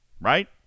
Right